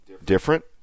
Different